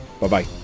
Bye-bye